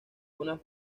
una